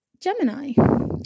Gemini